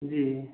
जी